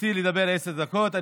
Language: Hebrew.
זכותי לדבר עשר דקות.